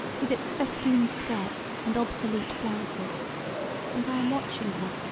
with its festooned skirts and obsolete flounces and i am watching her,